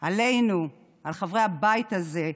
עלינו, על חברי הבית הזה,